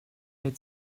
had